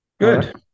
Good